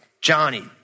Johnny